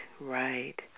right